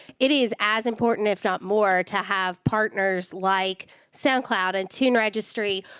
it is as important, if not more, to have partners like soundcloud and tuneregistry,